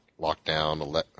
Lockdown